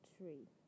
Tree